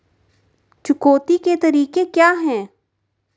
चुकौती के तरीके क्या हैं?